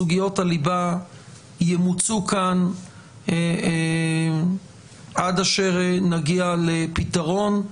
סוגיות הליבה ימוצו כאן עד אשר נגיע לפתרון.